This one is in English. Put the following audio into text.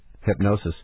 hypnosis